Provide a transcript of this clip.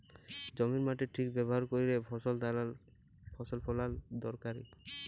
জমির মাটির ঠিক ব্যাভার ক্যইরে ফসল ফলাল দরকারি